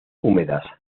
húmedas